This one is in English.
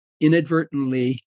inadvertently